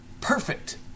perfect